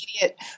immediate